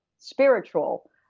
spiritual